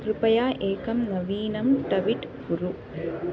कृपया एकं नवीनं टविट् कुरु